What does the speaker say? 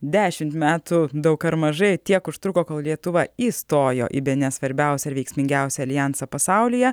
dešimt metų daug ar mažai tiek užtruko kol lietuva įstojo į bene svarbiausią ir veiksmingiausią aljansą pasaulyje